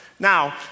Now